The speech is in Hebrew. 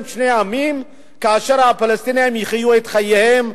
שני עמים כאשר הפלסטינים יחיו את חייהם,